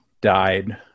died